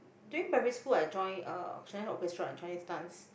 during primary school I join uh Chinese Orchestra and Chinese dance